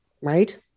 right